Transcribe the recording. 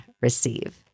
receive